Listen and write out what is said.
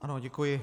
Ano, děkuji.